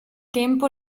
tempo